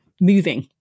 moving